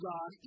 God